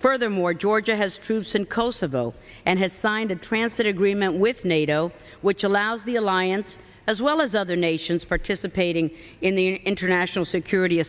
furthermore georgia has troops in kosovo and has signed a translator agreement with nato which allows the alliance as well as other nations participating in the international security